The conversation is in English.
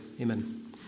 Amen